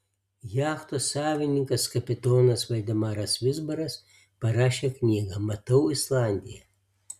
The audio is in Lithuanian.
jachtos savininkas kapitonas valdemaras vizbaras parašė knygą matau islandiją